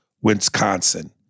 Wisconsin